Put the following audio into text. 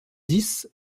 dix